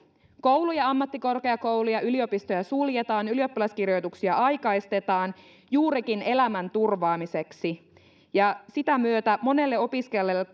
kouluja ammattikorkeakouluja yliopistoja suljetaan ylioppilaskirjoituksia aikaistetaan juurikin elämän turvaamiseksi ja sitä myötä monelle opiskelijalle